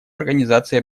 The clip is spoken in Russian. организации